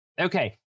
okay